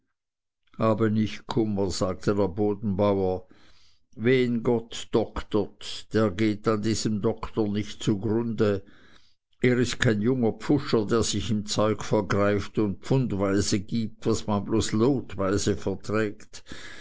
habe nicht kummer sagte der bodenbauer wen gott doktert der geht an diesem doktern nicht zugrunde er ist kein junger pfuscher der sich im zeug vergreift und pfundweise gibt was man bloß lotweise verträgt